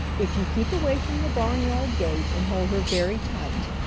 if you keep away from the barnyard gate, and hold her very tight,